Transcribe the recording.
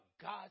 God